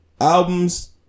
Albums